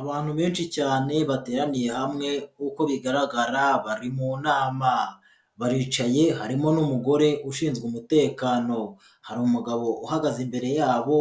Abantu benshi cyane bateraniye hamwe uko bigaragara bari mu nama, baricaye harimo n'umugore ushinzwe umutekano, hari umugabo uhagaze imbere yabo